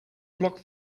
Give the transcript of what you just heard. block